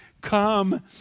come